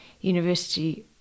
university